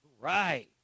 Right